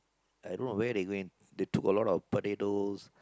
I don't know when they going they took a lot of potatoes